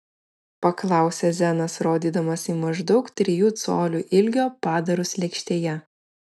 paklausė zenas rodydamas į maždaug trijų colių ilgio padarus lėkštėje